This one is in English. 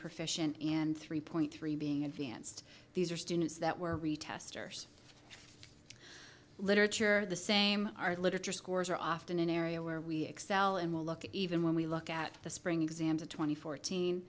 profession and three point three being advanced these are students that were retest or literature the same our literature scores are often an area where we excel and will look at even when we look at the spring exams of twenty